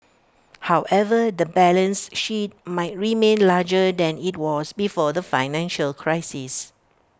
however the balance sheet might remain larger than IT was before the financial crisis